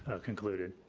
ah concluded.